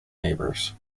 neighbors